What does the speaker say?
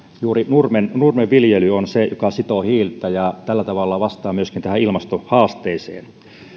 juuri nurmen nurmen viljely on se joka sitoo hiiltä ja tällä tavalla vastaa myöskin ilmastohaasteeseen